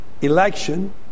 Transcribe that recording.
election